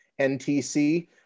NTC